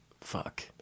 Fuck